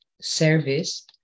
Service